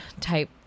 type